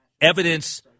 evidence